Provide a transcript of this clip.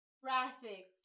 traffic